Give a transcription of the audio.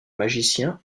magicien